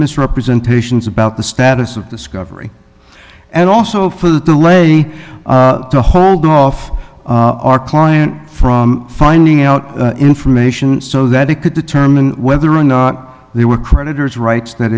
misrepresentations about the status of discovery and also for the delay to hold off our client from finding out information so that it could determine whether or not there were creditors rights that